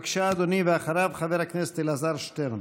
בבקשה, אדוני, ואחריו, חבר הכנסת אלעזר שטרן.